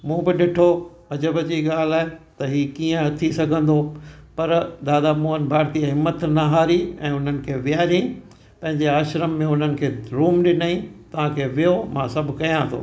मूं बि ॾिठो अजब जी ॻाल्हि आहे त हीअ कीअं थी सघंदो पर दादा मोहन भारतीय हिमत न हारी ऐं उन्हनि खे विहारियईं पंहिंजे आश्रम में उन्हनि खे रूम ॾिनई तव्हांखे वेहो मां सभु कयां थो